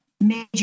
major